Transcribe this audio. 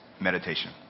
meditation